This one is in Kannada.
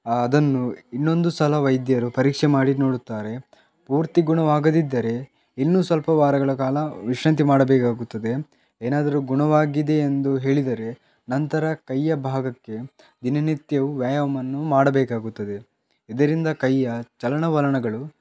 ಅದನ್ನು ಇನ್ನೊಂದು ಸಲ ವೈದ್ಯರು ಪರೀಕ್ಷೆ ಮಾಡಿ ನೋಡುತ್ತಾರೆ ಪೂರ್ತಿ ಗುಣವಾಗದಿದ್ದರೆ ಇನ್ನೂ ಸ್ವಲ್ಪ ವಾರಗಳ ಕಾಲ ವಿಶ್ರಾಂತಿ ಮಾಡಬೇಕಾಗುತ್ತದೆ ಏನಾದರೂ ಗುಣವಾಗಿದೆ ಎಂದು ಹೇಳಿದರೆ ನಂತರ ಕೈಯ ಭಾಗಕ್ಕೆ ದಿನನಿತ್ಯವೂ ವ್ಯಾಯಾಮವನ್ನು ಮಾಡಬೇಕಾಗುತ್ತದೆ ಇದರಿಂದ ಕೈಯ ಚಲನವಲನಗಳು